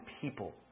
people